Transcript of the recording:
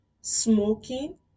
smoking